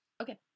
Okay